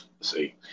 See